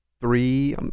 three